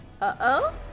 Uh-oh